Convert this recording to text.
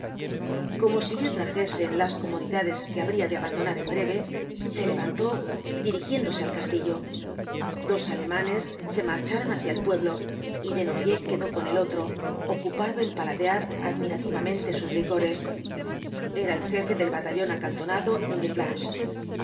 como si le atrajesen las comodidades que habría de abandonar en breve se levantó dirigiéndose al castillo dos alemanes se marcharon hacia el pueblo y desnoyers quedó con el otro ocupado en paladear admirativamente sus licores era el jefe del batallón acantonado en